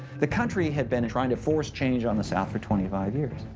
the country had been trying to force change on the south for twenty five years.